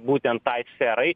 būtent tai sferai